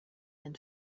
and